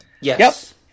yes